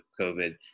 COVID